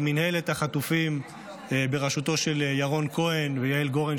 עם מינהלת החטופים בראשותו של ירון כהן ועם יעל גורן,